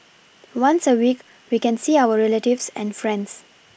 once a week we can see our relatives and friends